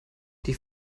die